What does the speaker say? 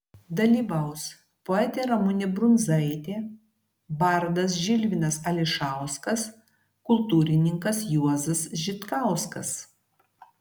dalyvaus poetė ramunė brundzaitė bardas žilvinas ališauskas kultūrininkas juozas žitkauskas